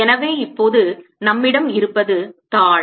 எனவே இப்போது நம்மிடம் இருப்பது தாள்